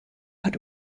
hat